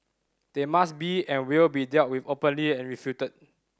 they must be and will be dealt with openly and refuted